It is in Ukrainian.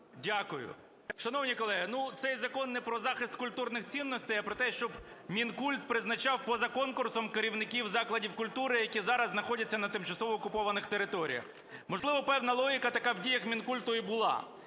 Дякую. Шановні колеги, цей закон не про захист культурних цінностей, а про те, щоб Мінкульт призначав поза конкурсом керівників закладів культури, які зараз знаходяться на тимчасово окупованих територіях. Можливо, певна логіка така в діях Мінкульту і була.